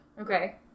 Okay